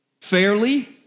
fairly